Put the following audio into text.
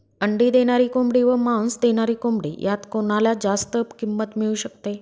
अंडी देणारी कोंबडी व मांस देणारी कोंबडी यात कोणाला जास्त किंमत मिळू शकते?